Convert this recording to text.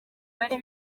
bari